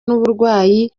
n’uburwayi